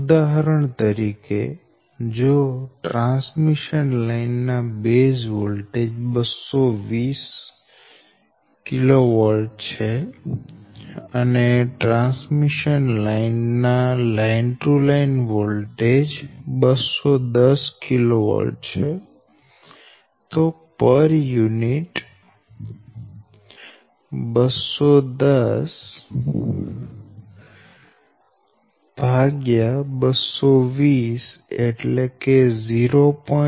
ઉદાહરણ તરીકે જો ટ્રાન્સમીશન લાઈન ના બેઝ વોલ્ટેજ 220 kV છે અને ટ્રાન્સમીશન લાઈન ના line to line voltage 210 kV છે તો પર યુનિટ 210220 0